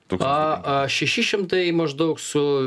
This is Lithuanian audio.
a a šeši šimtai maždaug su